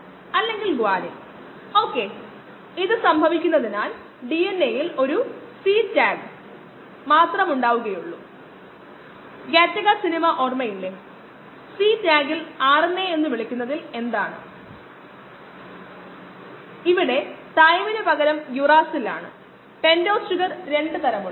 q അല്ലെങ്കിൽ അത് പ്രവർത്തിക്കുന്നതിനാൽ നമുക്ക് ബയോ റിയാക്ടറിൽ നിന്ന് ഒരു സാമ്പിൾ എടുക്കാം പക്ഷേ ഒരു ഫ്ലോ സെൽ എന്ന് വിളിക്കുന്നതിലൂടെ ഒഴുകിയ ശേഷം സാമ്പിൾ ബയോ റിയാക്ടറിലേക്ക് തിരികെ കൊണ്ടുവരിക